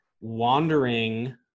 wandering